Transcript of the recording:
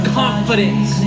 confidence